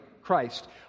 Christ